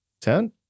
Ten